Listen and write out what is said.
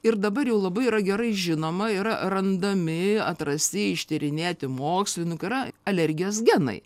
ir dabar jau labai yra gerai žinoma yra randami atrasti ištyrinėti mokslininkų yra alergijos genai